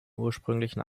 ursprünglichen